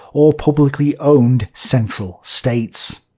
or publicly-owned central states.